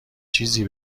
چیزی